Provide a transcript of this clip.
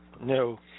No